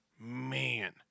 Man